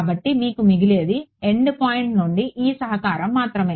కాబట్టి మీకు మిగిలేది ఎండ్ పాయింట్ నుండి ఈ సహకారం మాత్రమే